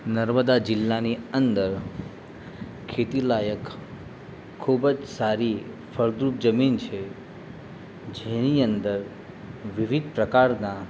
નર્મદા જીલ્લાની અંદર ખેતી લાયક ખૂબ જ સારી ફળદ્રુપ જમીન છે જેની અંદર વિવિધ પ્રકારના